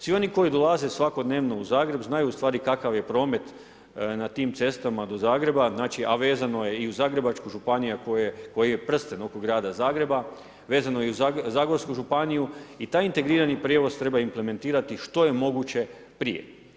Svi oni koji dolaze svakodnevno u Zagreb znaju kakav je promet na tim cestama do Zagreba, a vezano je i uz Zagrebačku županiju koji je prsten oko grada Zagreba, vezano je i uz zagorsku županiju i taj integrirani prijevoz treba implementirati što je moguće prije.